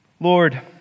Lord